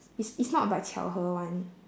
it's it's not by 巧合 [one]